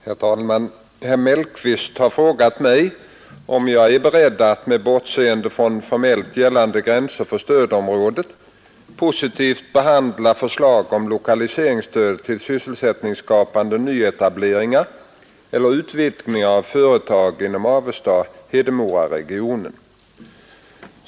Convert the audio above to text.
Herr talman! Herr Mellqvist har frågat mig om jag är beredd att — med bortseende från formellt gällande gränser för stödområdet — positivt behandla förslag om lokaliseringsstöd till sysselsättningsskapande nyetableringar eller utvidgningar av företag inom regionen Avesta—Hedemora.